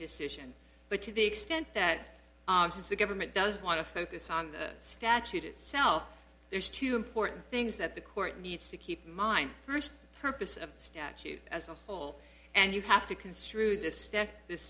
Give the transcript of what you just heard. decision but to the extent that the government does want to focus on the statute itself there's two important things that the court needs to keep in mind first purpose of the statute as a whole and you have to construe this